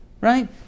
Right